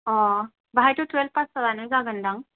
बाहायथ' थुयेल्भ फास जाबानो जागोनदां